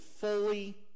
fully